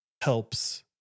helps